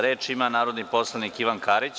Reč ima narodni poslanik Ivan Karić.